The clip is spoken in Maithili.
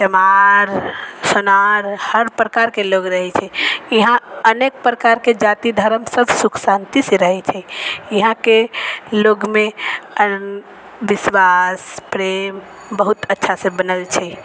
चमार सोनार हर प्रकारके लोग रहै छै यहाँ अनेक प्रकारके जाति धरम सब सुख शान्तिसँ रहै छै इहाँके लोकमे विश्वास प्रेम बहुत अच्छासँ बनल छै